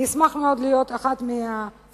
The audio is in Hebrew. ואני אשמח להיות אחת מהצוות,